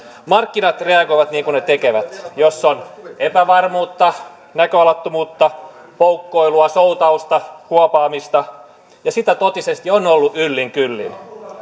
markkinat reagoivat niin kuin ne tekevät jos on epävarmuutta näköalattomuutta poukkoilua soutamista huopaamista ja sitä totisesti on ollut yllin kyllin